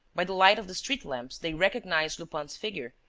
by the light of the street-lamps, they recognized lupin's figure,